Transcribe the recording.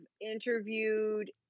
interviewed